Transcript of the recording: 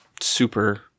super